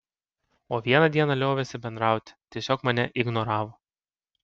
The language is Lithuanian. o vieną dieną liovėsi bendrauti tiesiog mane ignoravo